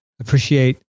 appreciate